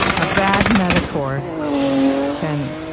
a bad metaphor can